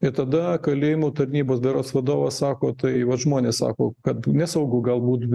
ir tada kalėjimų tarnybos berods vadovas sako tai vat žmonės sako kad nesaugu galbūt